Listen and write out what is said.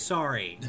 Sorry